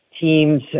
teams